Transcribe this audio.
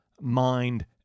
mind